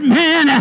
man